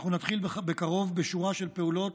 אנחנו נתחיל בקרוב בשורה של פעולות,